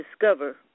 discover